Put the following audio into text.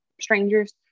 strangers